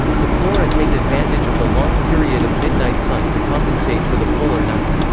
the flora take advantage of the long period of midnight sun to compensate for the polar night.